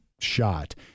shot